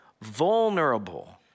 vulnerable